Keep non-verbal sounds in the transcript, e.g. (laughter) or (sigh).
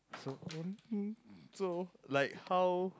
so (noise) so like how